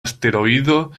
asteroido